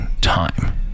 time